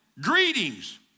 greetings